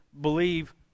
believe